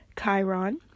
Chiron